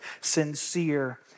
sincere